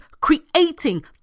creating